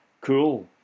cool